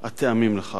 הטעמים לכך.